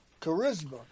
charisma